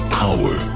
power